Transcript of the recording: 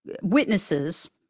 witnesses